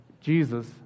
Jesus